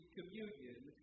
communion